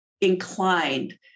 inclined